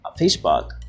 Facebook